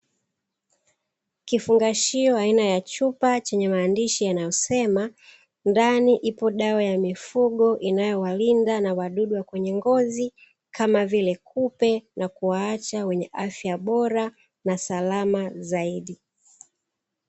Kifungashio aina ya chupa chenye maandishi yanayosema ndani ipo dawa ya mifugo, inayowalinda na wadudu wa kwenye ngozi, kama vile kupe, na kuwaacha wenye afya bora na salama zaidi.